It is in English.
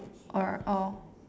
or oh